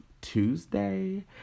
Tuesday